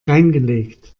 reingelegt